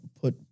put